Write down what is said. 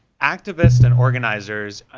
activist and organizers,